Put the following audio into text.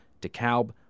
DeKalb